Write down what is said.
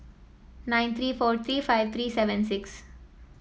nine three four three five three seven six